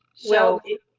so,